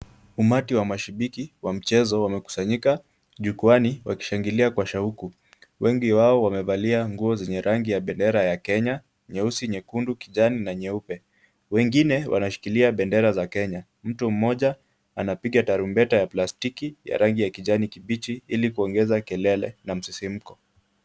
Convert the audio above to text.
Umati wa mashabiki wa mchezo wamekusanyika jukwaani wakishangilia kwa shauku. Wengi wao wamevalia nguo zenye rangi ya bendera ya Kenya, nyeusi, nyekundu, kijani na nyeupe. Wengine wanashikilia bendera za Kenya. Mtu mmoja anapiga tarumbeta ya plastiki ya rangi ya kijani kibichi, ili kuongeza kelele na msisimko.